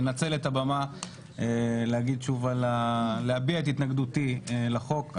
אנצל את הבמה להביע את התנגדותי לחוק.